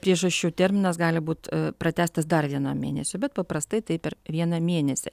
priežasčių terminas gali būt pratęstas dar vienam mėnesiui bet paprastai tai per vieną mėnesį